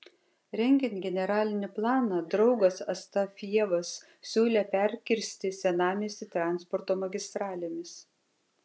rengiant generalinį planą draugas astafjevas siūlė perkirsti senamiestį transporto magistralėmis